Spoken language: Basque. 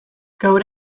gaur